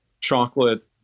chocolate